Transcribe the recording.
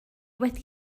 wedi